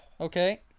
Okay